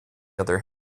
other